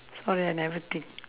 sorry I never take